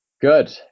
Good